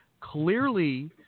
clearly